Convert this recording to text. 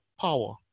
power